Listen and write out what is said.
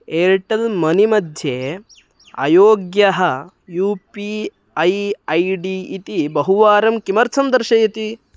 Airtel money मध्ये अयोग्यः U P I I D इति बहुवारं किमर्थं दर्शयति